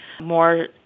more